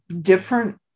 Different